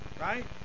Right